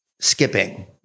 skipping